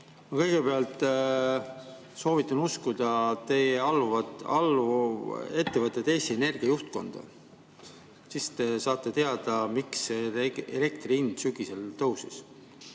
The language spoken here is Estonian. kõigepealt soovitan uskuda teile alluva ettevõtte, Eesti Energia juhtkonda. Siis te saate teada, miks elektri hind sügisel tõusis.